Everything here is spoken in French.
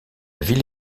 ville